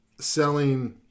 selling